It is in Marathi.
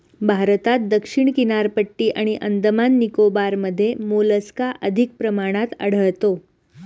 भारतात दक्षिण किनारपट्टी आणि अंदमान निकोबारमध्ये मोलस्का अधिक प्रमाणात आढळतो